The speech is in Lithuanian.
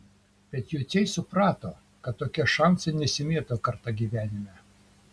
bet jociai suprato kad tokie šansai nesimėto kartą gyvenime